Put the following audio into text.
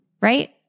right